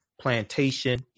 plantation